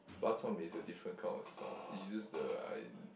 bak-chor-mee is the different kind of sauce it used the I